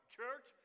church